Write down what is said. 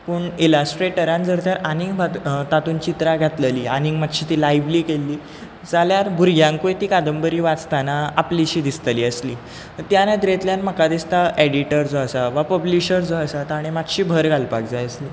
पूण इलस्ट्रेटरान जर तर आनीक तातूंत चित्रां घातलेली आनीक मात्शी तीं लायव्ली केल्लीं जाल्यार भुरग्यांकूय ती कादंबरी वाचताना आपलीशी दिसतली आसली त्या नदरेंतल्यान म्हाका दिसता एडिटर जो आसा वा पब्लीशर जो तांणे मात्शी भर घालपाक जाय आसली